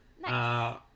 Nice